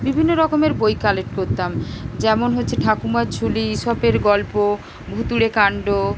বিভিন্ন রকমের বই কালেক্ট করতাম যেমন হচ্ছে ঠাকুমার ঝুলি ঈশপের গল্প ভূতুড়ে কাণ্ড